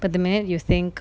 but the minute you think